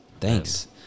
thanks